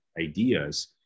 ideas